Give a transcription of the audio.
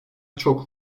çok